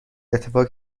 اتفاق